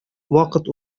вакыт